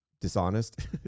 dishonest